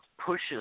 pushes